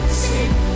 see